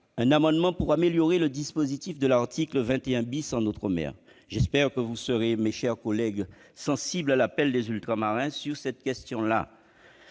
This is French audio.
un amendement visant à améliorer le dispositif de l'article 21 en outre-mer. J'espère que vous serez, mes chers collègues, sensibles à l'appel des Ultramarins sur cette question.